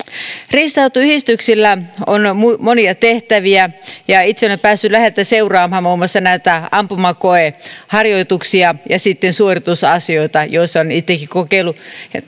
riistanhoitoyhdistyksillä on monia tehtäviä ja itse olen päässyt läheltä seuraamaan muun muassa näitä ampumakoeharjoituksia ja suoritusasioita joista olen itsekin kokeillut